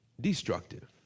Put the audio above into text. Destructive